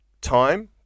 time